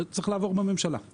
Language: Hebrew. זה צריך לעבור בממשלה.